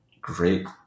great